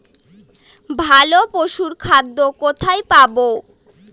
ভালো পশুর খাদ্য কোথায় পাবো?